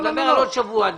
היא לא אותה הצעה שכאן?